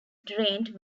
drained